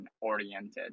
oriented